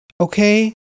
okay